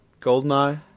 Goldeneye